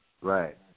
right